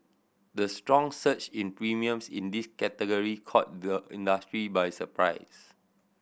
the strong surge in premiums in this category caught the industry by surprise